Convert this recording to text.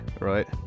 right